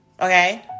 okay